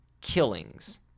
killings